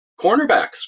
cornerbacks